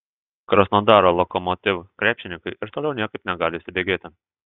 krasnodaro lokomotiv krepšininkai ir toliau niekaip negali įsibėgėti